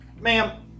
ma'am